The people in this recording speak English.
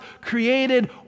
created